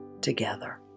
together